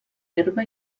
herba